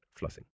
flossing